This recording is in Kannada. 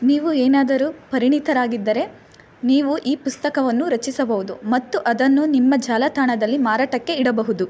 ನೀವು ಏನಾದರು ಪರಿಣಿತರಾಗಿದ್ದರೆ ನೀವು ಈ ಪುಸ್ತಕವನ್ನು ರಚಿಸಬೌದು ಮತ್ತು ಅದನ್ನು ನಿಮ್ಮ ಜಾಲತಾಣದಲ್ಲಿ ಮಾರಾಟಕ್ಕೆ ಇಡಬಹುದು